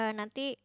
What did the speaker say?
nanti